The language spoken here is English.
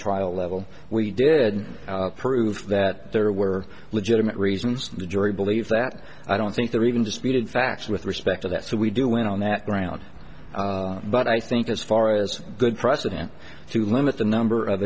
trial level we did prove that there were legitimate reasons the jury believe that i don't think the reason disputed facts with respect to that so we do it on the ground but i think as far as good precedent to limit the number of